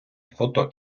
фото